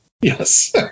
yes